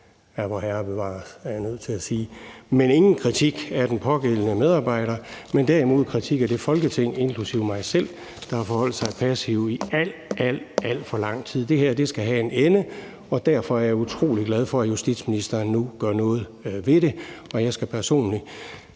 Ja, vorherre bevares, er jeg nødt til at sige. Men det er ingen kritik af den pågældende medarbejder, men derimod en kritik af det Folketing, inklusive mig selv, der har forholdt sig passivt i alt, alt for lang tid. Det her skal have en ende, og derfor er jeg utrolig glad for, at justitsministeren nu gør noget ved det, og jeg skal personligt